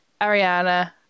Ariana